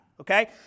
okay